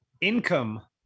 Income